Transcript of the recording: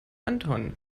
anton